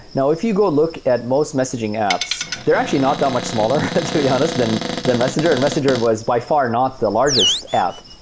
now, if you go look at most messaging apps, they're actually not that much smaller to be honest than than messenger, and messenger was by far not the largest app.